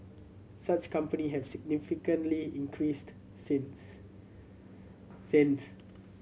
such company have significantly increased since since